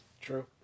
True